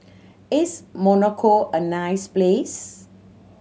is Monaco a nice place